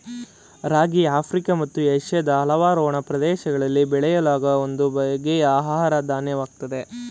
ರಾಗಿ Africa ಮತ್ತು ಏಷ್ಯಾದ ಹಲವಾರು ಒಣ ಪ್ರದೇಶಗಳಲ್ಲಿ ಬೆಳೆಯಲಾಗೋ ಒಂದು ಬಗೆಯ ಆಹಾರ ಧಾನ್ಯವಾಗಯ್ತೆ